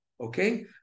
Okay